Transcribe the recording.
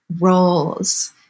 roles